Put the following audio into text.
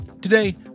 Today